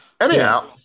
Anyhow